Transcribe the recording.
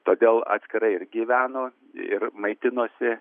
todėl atskirai ir gyveno ir maitinosi